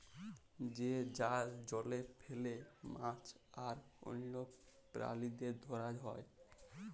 যে জাল জলে ফেলে মাছ আর অল্য প্রালিদের ধরা হ্যয়